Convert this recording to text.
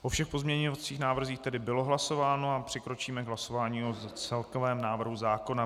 O všech pozměňovacích návrzích tedy bylo hlasováno, přikročíme k hlasování o celkovém návrhu zákona.